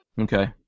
Okay